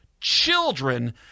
children